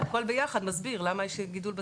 זה הכל ביחד מסביר למה יש גידול בשכירות.